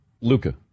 Luca